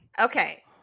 Okay